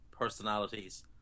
personalities